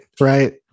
right